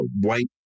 white